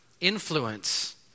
influence